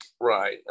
Right